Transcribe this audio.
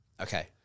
Okay